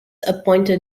appointed